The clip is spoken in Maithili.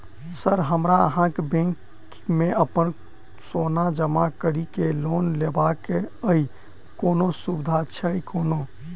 सर हमरा अहाँक बैंक मे अप्पन सोना जमा करि केँ लोन लेबाक अई कोनो सुविधा छैय कोनो?